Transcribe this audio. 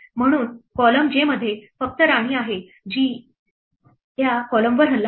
म्हणून column j मध्ये फक्त राणी आहे जी त्या column वर हल्ला करते